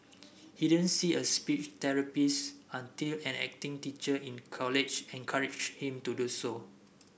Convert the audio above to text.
he didn't see a speech therapist until an acting teacher in college encouraged him to do so